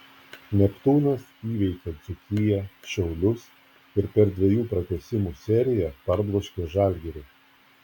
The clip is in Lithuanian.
neptūnas įveikė dzūkiją šiaulius ir per dviejų pratęsimų seriją parbloškė žalgirį